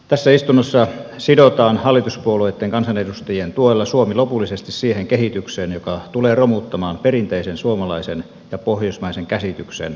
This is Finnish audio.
tässä istunnossa sidotaan hallituspuolueitten kansanedustajien tuella suomi lopullisesti siihen kehitykseen joka tulee romuttamaan perinteisen suomalaisen ja pohjoismaisen käsityksen kansanvallasta